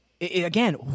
again